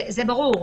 זה ברור.